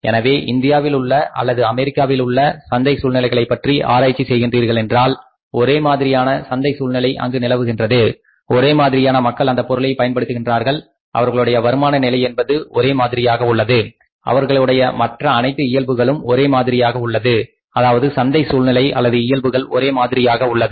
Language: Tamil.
எனவே இந்தியாவில் உள்ள அல்லது அமெரிக்காவில் உள்ள சந்தை சூழ்நிலைகளை பற்றி ஆராய்ச்சி செய்கின்றீர்களென்றால் ஒரே மாதிரியான சந்தை சூழ்நிலை அங்கு நிலவுகின்றது ஒரே மாதிரியான மக்கள் அந்தப் பொருளை பயன்படுத்துகின்றார்கள் அவர்களுடைய வருமான நிலை என்பது ஒரே மாதிரியாக உள்ளது அவருடைய மற்ற அனைத்து இயல்புகளும் ஒரே மாதிரியாக உள்ளது அதாவது சந்தை சூழ்நிலை அல்லது இயல்புகள் ஒரே மாதிரியாக உள்ளது